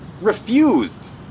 refused